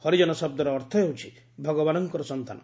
ହରିଜନ ଶବ୍ଦର ଅର୍ଥ ହେଉଛି ଭଗବାନଙ୍କର ସନ୍ତାନ